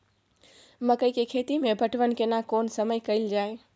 मकई के खेती मे पटवन केना कोन समय कैल जाय?